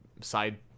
side